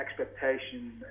expectation